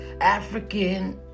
African